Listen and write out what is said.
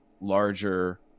larger